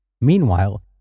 Meanwhile